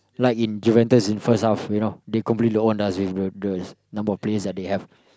like in Juventus in first half you know they completely owned us with the the number of players that they have